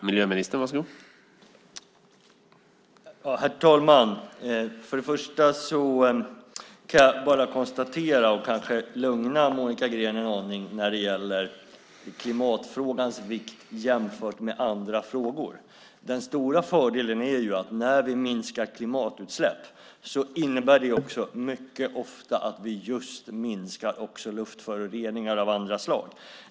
Herr talman! För det första kan jag bara konstatera en sak, och kanske lugna Monica Green en aning, när det gäller klimatfrågans vikt jämfört med andra frågor. Den stora fördelen är ju att när vi minskar klimatutsläpp innebär det mycket ofta att vi också minskar luftföroreningar av andra slag.